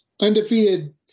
undefeated